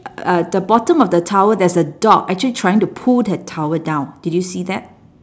uh the bottom of the towel there's a dog actually trying to pull that towel down did you see that